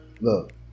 look